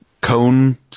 cone